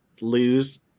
lose